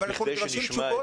אבל אנחנו מבקשים תשובות,